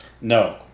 No